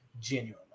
genuinely